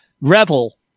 revel